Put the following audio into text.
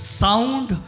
sound